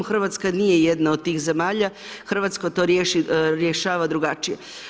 Hrvatska nije jedna od tih zemalja, Hrvatska to rješava drugačije.